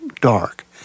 dark